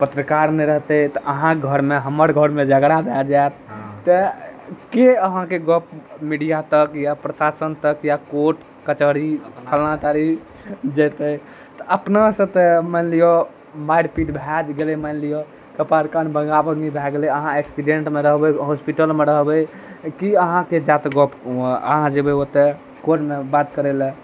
पत्रकारमे रहतै तऽ आहाँक घरमे हमर घरमे झगड़ा भऽ जाएत ताहिके आहाँके गऽप मीडिया तक या प्रशासन तक या कोट कचहरी फल्लाँ तारीक जेतै तऽ अपनासब तऽ मानि लिअ मारि पीट भऽ जे गेलै मानि लिअ कपार कान भङ्गा भङ्गी भऽ गेलै आहाँ एक्सीडेंटमे रहबै होस्पिटलमे रहबै के आहाँके जाएत गप आहाँ जेबै ओत्तऽ कोटमे बात करै लए